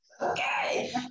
Okay